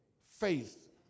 faith